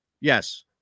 Yes